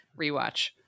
rewatch